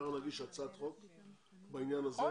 אנחנו נגיש הצעת חוק בעניין הזה,